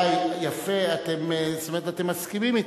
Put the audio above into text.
רבותי, יפה, זאת אומרת שאתם מסכימים אתו.